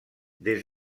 des